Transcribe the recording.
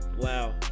Wow